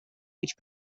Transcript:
which